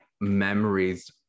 memories